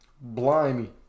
blimey